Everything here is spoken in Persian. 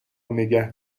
نگه